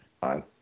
Fine